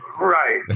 Right